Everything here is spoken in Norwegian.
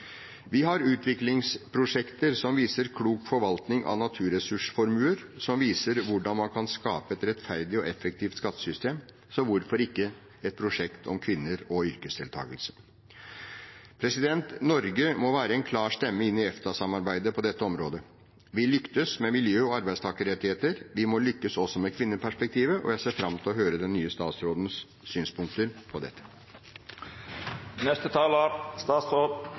Vi har utviklingsprosjekter som viser klok forvaltning av naturressursformuer, som viser hvordan man kan skape et rettferdig og effektivt skattesystem. Så hvorfor ikke et prosjekt om kvinner og yrkesdeltakelse? Norge må være en klar stemme inn i EFTA-samarbeidet på dette området. Vi lyktes med miljø og arbeidstakerrettigheter. Vi må lykkes også med kvinneperspektivet. Jeg ser fram til å høre den nye statsrådens synspunkter på